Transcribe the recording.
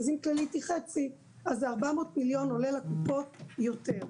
אז אם כללית היא חצי אז זה 400 מיליון עולה לקופות יותר.